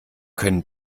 können